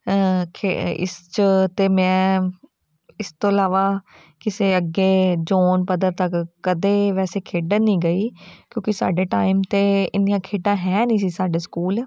ਖੇ ਇਸ 'ਚ ਅਤੇ ਮੈਂ ਇਸ ਤੋਂ ਇਲਾਵਾ ਕਿਸੇ ਅੱਗੇ ਜੋਨ ਪੱਧਰ ਤੱਕ ਕਦੇ ਵੈਸੇ ਖੇਡਣ ਨਹੀਂ ਗਈ ਕਿਉਂਕਿ ਸਾਡੇ ਟਾਈਮ 'ਤੇ ਇੰਨੀਆਂ ਖੇਡਾਂ ਹੈ ਨਹੀਂ ਸੀ ਸਾਡੇ ਸਕੂਲ